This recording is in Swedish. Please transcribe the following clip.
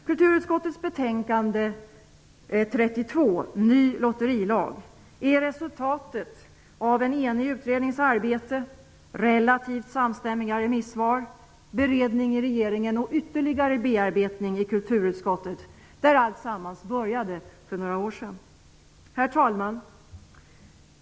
Kulturutskottets betänkande 32, Ny lotterilag, är resultatet av en enig utrednings arbete, relativt samstämmiga remissvar, beredning i regering och ytterligare bearbetning i kulturutskottet, där alltsammans började för några år sedan. Herr talman!